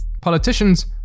Politicians